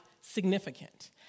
significant